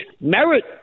merit